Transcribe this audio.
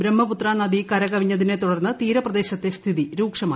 ബ്രഹ്മപുത്ര നദി കര കവിഞ്ഞതിനെ തുടർന്ന് തീരപ്രദേശത്തെ സ്ഥിതി രൂക്ഷമായി